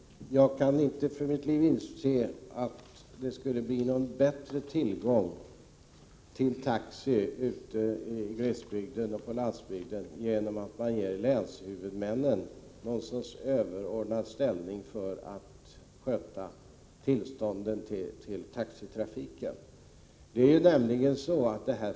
Fru talman! Jag kan inte för mitt liv inse att det skulle bli bättre tillgång till taxi ute i glesbygden och på landsbygden genom att man ger länshuvudmännen något slags överordnad ställning när det gäller att sköta tillstånden till taxitrafiken.